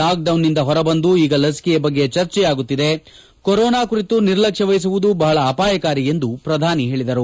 ಲಾಕ್ಡೌನ್ನಿಂದ ಹೊರಬಂದು ಈಗ ಲಸಿಕೆಯ ಬಗ್ಗೆ ಚರ್ಚೆಯಾಗುತ್ತಿದೆ ಕೊರೋನಾ ಕುರಿತು ನಿರ್ಲಕ್ಷ್ಯ ವಹಿಸುವುದು ಬಹಳ ಅಪಾಯಕಾರಿ ಎಂದು ಅವರು ಹೇಳಿದರು